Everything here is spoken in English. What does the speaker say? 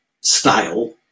style